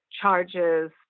charges